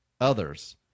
others